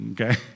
Okay